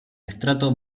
estrato